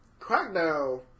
Crackdown